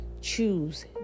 Choose